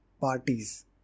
parties